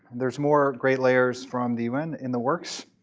there's more great players from the un in the works.